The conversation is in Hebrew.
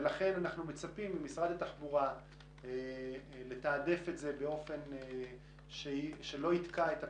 ולכן אנחנו מצפים ממשרד התחבורה לתעדף את זה באופן שלא יתקע את הפרויקט,